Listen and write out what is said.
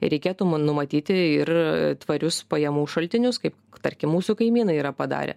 reikėtų numatyti ir tvarius pajamų šaltinius kaip tarkim mūsų kaimynai yra padarę